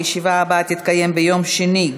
הישיבה הבאה תתקיים ביום שני,